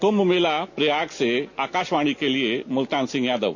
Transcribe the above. कुंभ मेला प्रयाग से आकाशवाणी के लिये मुल्तान सिंह यादव